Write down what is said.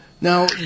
Now